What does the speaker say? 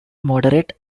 moderate